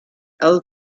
eel